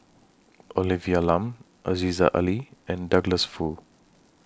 Olivia Lum Aziza Ali and Douglas Foo